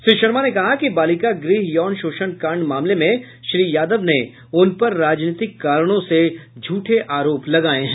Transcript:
श्री शर्मा ने कहा कि बालिका गृह यौन शोषण कांड मामले में श्री यादव ने उन पर राजनीतिक कारणों से झूठे आरोप लगाये हैं